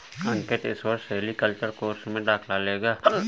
अंकित इस वर्ष sericulture course में दाखिला लेगा